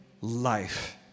life